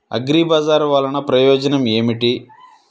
అగ్రిబజార్ వల్లన ప్రయోజనం ఏమిటీ?